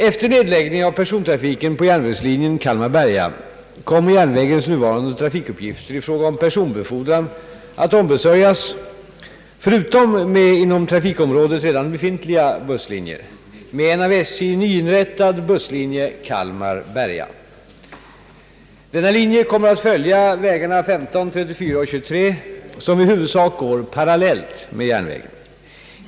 Efter nedläggningen av persontrafiken på järnvägslinjen Kalmar—Berga kommer järnvägens nuvarande trafikuppgifter i fråga om personbefordran att ombesörjas — förutom med inom trafikområdet redan befintliga busslinjer — med en av SJ nyinrättad busslinje Kalmar—Berga. Denna linje kommer att följa vägarna 15, 34 och 23 som i huvudsak går parallellt med järnvägen.